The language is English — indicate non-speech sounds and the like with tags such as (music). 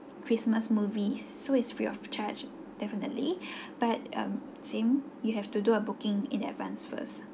christmas movies so it's free of charge definitely (breath) but um same you have to do a booking in advance first